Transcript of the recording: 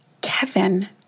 Kevin